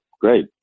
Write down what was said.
Great